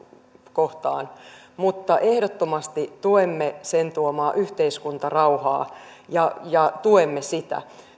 kohtaan mutta ehdottomasti tuemme sen tuomaa yhteiskuntarauhaa ja ja tuemme sitä